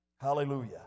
Hallelujah